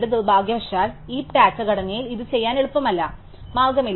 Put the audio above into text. നിർഭാഗ്യവശാൽ heap data ഘടനയിൽ ഇത് ചെയ്യാൻ എളുപ്പമുള്ള മാർഗമില്ല